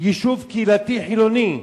יישוב קהילתי חילוני,